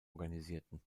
organisierten